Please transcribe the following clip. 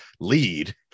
lead